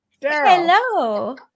Hello